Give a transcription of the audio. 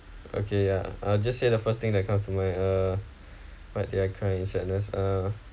okay ya I'll just say the first thing that comes to mind uh what did I cry in sadness uh